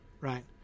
right